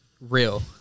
Real